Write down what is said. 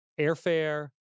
airfare